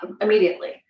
immediately